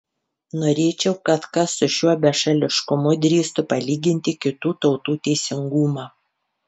norėčiau kad kas su šiuo bešališkumu drįstų palyginti kitų tautų teisingumą